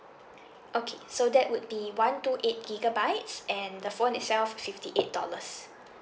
okay so that would be one two eight gigabytes and the phone itself fifty eight dollars